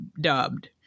dubbed